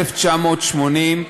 1980,